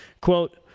Quote